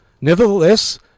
Nevertheless